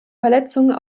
verletzung